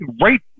right